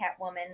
Catwoman